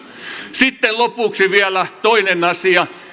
sitten lopuksi vielä yksi asia